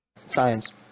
Science